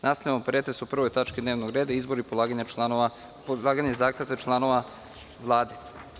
Nastavljam pretres o 1. tački dnevnog reda-IZBOR I POLAGANjE ZAKLETVE ČLANOVA VLADE.